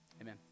amen